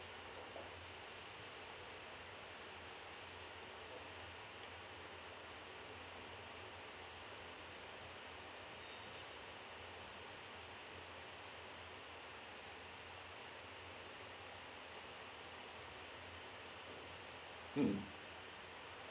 mm